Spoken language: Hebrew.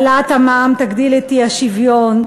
העלאת המע"מ תגדיל את האי-שוויון,